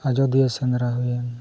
ᱟᱡᱚᱫᱤᱭᱟᱹ ᱥᱮᱸᱫᱽᱨᱟ ᱦᱩᱭᱮᱱ